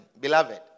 beloved